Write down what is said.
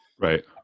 Right